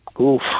Oof